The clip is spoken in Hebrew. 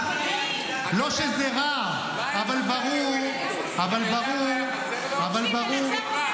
זה רע --- זה מה שראש הממשלה משלים?